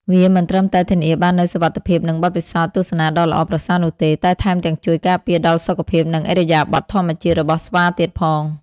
វាមិនត្រឹមតែធានាបាននូវសុវត្ថិភាព និងបទពិសោធន៍ទស្សនាដ៏ល្អប្រសើរនោះទេ តែថែមទាំងជួយការពារដល់សុខភាព និងឥរិយាបថធម្មជាតិរបស់ស្វាទៀតផង។